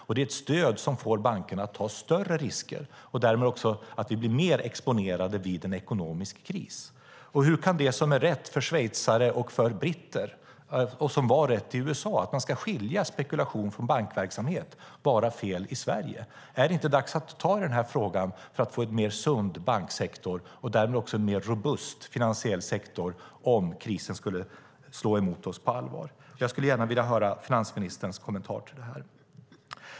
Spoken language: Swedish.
Det är ett stöd som får bankerna att ta större risker, och därmed blir vi mer exponerade vid en ekonomisk kris. Hur kan det som är rätt för schweizare och för britter och som var rätt i USA, att man ska skilja spekulation från bankverksamhet, vara fel i Sverige? Är det inte dags att ta i en här frågan för att få en mer sund banksektor och därmed en mer robust finansiell sektor om krisen skulle slå emot oss på allvar? Jag skulle gärna vilja höra finansministerns kommentar till det.